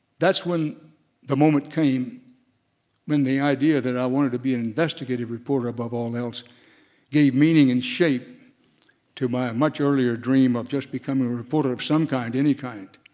that's when the moment came when the idea that i wanted to be an investigative reporter above all else gave meaning and shape to my much earlier dream of just becoming a reporter of some kind, any kind.